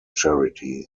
charity